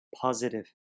positive